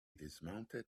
dismounted